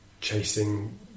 chasing